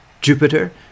Jupiter